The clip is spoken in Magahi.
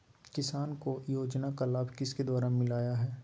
किसान को योजना का लाभ किसके द्वारा मिलाया है?